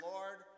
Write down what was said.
Lord